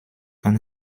kann